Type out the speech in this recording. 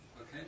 Okay